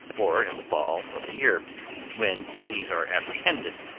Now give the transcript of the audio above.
or in the fall of the year when these are apprehended,